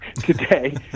today